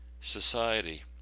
society